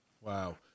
Wow